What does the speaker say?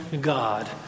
God